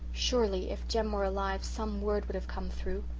surely, if jem were alive, some word would have come through.